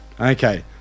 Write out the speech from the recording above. Okay